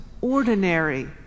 ordinary